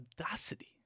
audacity